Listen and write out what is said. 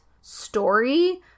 story